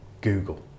Google